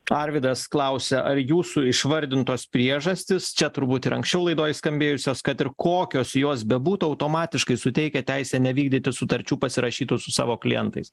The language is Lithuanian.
arvydas klausia ar jūsų išvardintos priežastys čia turbūt ir anksčiau laidoj skambėjusios kad ir kokios jos bebūtų automatiškai suteikia teisę nevykdyti sutarčių pasirašytų su savo klientais